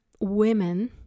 women